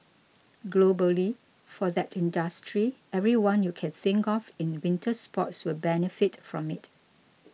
globally for that industry everyone you can think of in winter sports will benefit from it